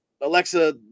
alexa